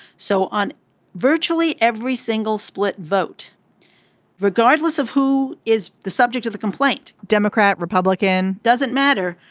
so on virtually every single split vote regardless of who is the subject of the complaint. democrat republican. doesn't matter.